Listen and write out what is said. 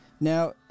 Now